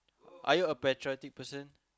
are you a patriotic person